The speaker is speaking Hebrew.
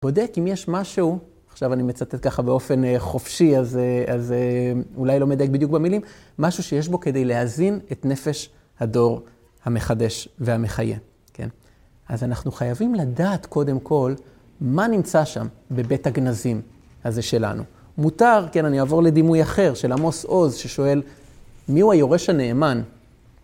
בודק אם יש משהו, עכשיו אני מצטט ככה באופן חופשי, אז אולי לא מדייק בדיוק במילים, משהו שיש בו כדי להזין את נפש הדור המחדש והמחיה. אז אנחנו חייבים לדעת קודם כל מה נמצא שם בבית הגנזים הזה שלנו. מותר, כן, אני אעבור לדימוי אחר של עמוס עוז ששואל מיהו היורש הנאמן?